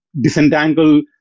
disentangle